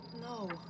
No